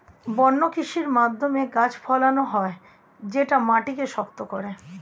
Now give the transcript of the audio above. বন্য কৃষির মাধ্যমে গাছ ফলানো হয় যেটা মাটিকে শক্ত করে